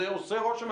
זה עושה רושם,